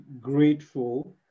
grateful